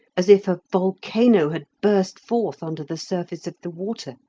as if a volcano had burst forth under the surface of the water